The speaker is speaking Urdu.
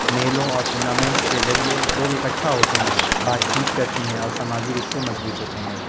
میلوں اور ٹورنامنٹس کے ذریعے لوگ اکٹھا ہوتے ہیں بات چیت کرتے ہیں اور سماجی رشتے مضبوط ہوتے ہیں